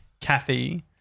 Kathy